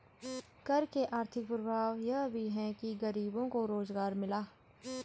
कर के आर्थिक प्रभाव यह भी है कि गरीबों को रोजगार मिला